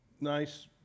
nice